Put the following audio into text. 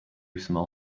small